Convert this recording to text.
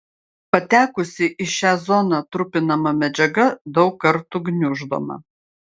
patekusi į šią zoną trupinama medžiaga daug kartų gniuždoma